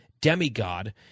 demigod